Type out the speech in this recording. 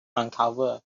uncovered